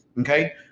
Okay